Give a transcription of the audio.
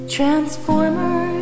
Transformers